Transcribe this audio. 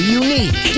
unique